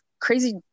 crazy